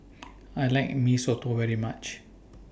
I like Mee Soto very much